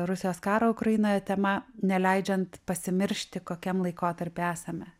rusijos karo ukrainoje tema neleidžiant pasimiršti kokiam laikotarpy esame